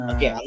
Okay